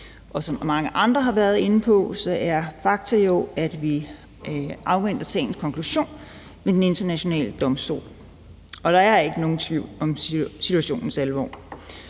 Som mange andre har været inde på, er fakta jo, at vi afventer sagens konklusion ved Den Internationale Domstol. Og der er ikke nogen tvivl om situationens alvor.